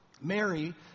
Mary